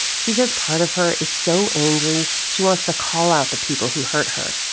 she says part of her is so angry she wants to call out the people who hurt her.